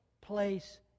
place